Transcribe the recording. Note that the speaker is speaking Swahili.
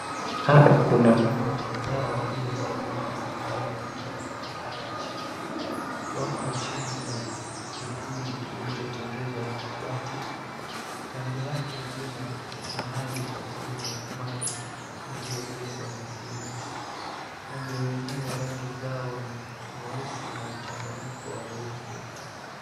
Hapa kuna ng'ombe kadhaa waliosimama ilhali wengine wamelala chini . Wako chini ya kivuli kilichotengezwa na mabati kando yake kuna mahali pa kunywa maji iliyojengwa na simiti, ng'ombe wenyewe rangi zao ni nyeusi na mchanganyiko wa weupe.